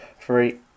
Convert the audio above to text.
Three